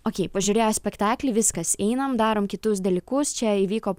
okei pažiūrėjo spektaklį viskas einam darom kitus dalykus čia įvyko